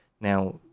now